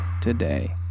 today